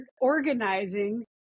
organizing